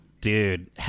Dude